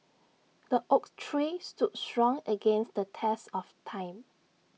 the oak tree stood strong against the test of time